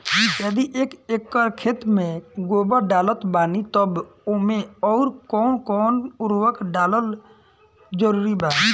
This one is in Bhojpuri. यदि एक एकर खेत मे गोबर डालत बानी तब ओमे आउर् कौन कौन उर्वरक डालल जरूरी बा?